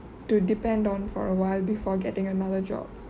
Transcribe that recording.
to depend on for awhile before getting another job